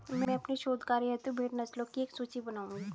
मैं अपने शोध कार्य हेतु भेड़ नस्लों की एक सूची बनाऊंगी